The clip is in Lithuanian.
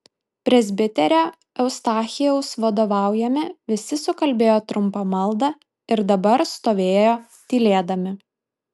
presbiterio eustachijaus vadovaujami visi sukalbėjo trumpą maldą ir dabar stovėjo tylėdami